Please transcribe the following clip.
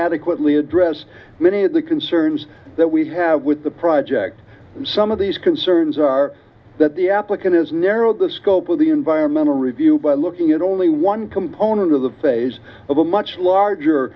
adequately address many of the concerns that we have with the project and some of these concerns are that the applicant is narrow the scope of the environmental review by looking at only one component of the phase of a much larger